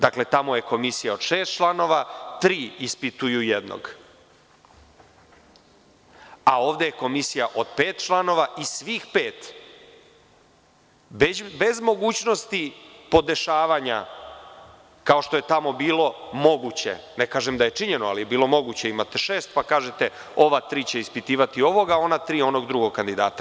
Dakle, tamo je komisija od šest članova, tri ispituju jednog, a ovde je komisija od pet članova i svih pet, bez mogućnosti podešavanja kao što je tamo bilo moguće, ne kažem da je činjeno ali bilo moguće, imate šest, pa kažete – ova tri će ispitivati ovoga, a ona tri onog drugog kandidata.